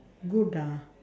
good ah